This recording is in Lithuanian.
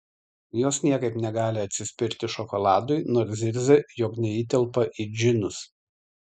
jos niekaip negali atsispirti šokoladui nors zirzia jog neįtelpa į džinus